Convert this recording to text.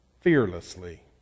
fearlessly